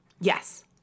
yes